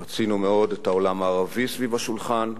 רצינו מאוד את העולם הערבי סביב השולחן,